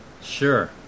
Sure